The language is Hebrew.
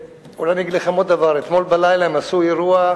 אולי אני אגיד לכם עוד דבר: אתמול בלילה הם עשו אירוע,